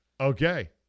Okay